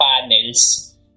panels